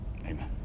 Amen